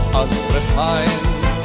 unrefined